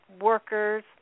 workers